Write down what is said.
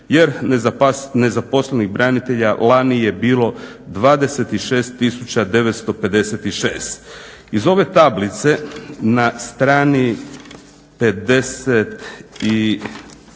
jer nezaposlenih branitelja lani je bilo 26956. Iz ove tablice na strani 55.